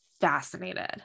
fascinated